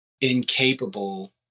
incapable